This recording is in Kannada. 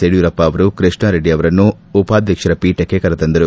ಯಡಿಯೂರಪ್ಪ ಅವರು ಕೃಷ್ಣಾರೆಡ್ಡಿಯವರನ್ನು ಉಪಾಧ್ವಕ್ಷರ ಪೀಠಕ್ಕೆ ಕರೆತಂದರು